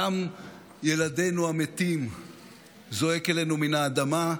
דם ילדינו המתים זועק אלינו מן האדמה.